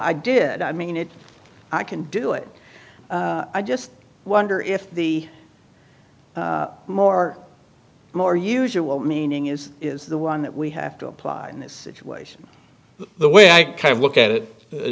i did i mean it i can do it i just wonder if the more more usual meaning is is the one that we have to apply in this situation the way i kind of look at it